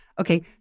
Okay